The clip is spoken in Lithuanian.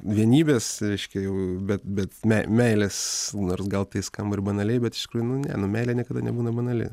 vienybės reiškia jau bet bet mei meilės nors gal tai skamba ir banaliai bet iš tikrųjų nu ne nu meilė niekada nebūna banali